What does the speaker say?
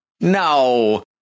no